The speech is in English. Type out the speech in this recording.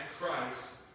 Christ